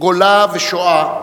גולה ושואה,